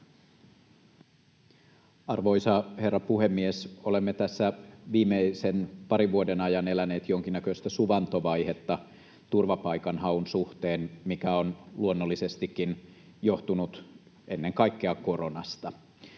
Arvoisa herra puhemies! Olemme tässä viimeisen parin vuoden ajan eläneet jonkinnäköistä suvantovaihetta turvapaikanhaun suhteen, mikä on luonnollisestikin johtunut ennen kaikkea koronasta.